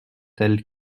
tel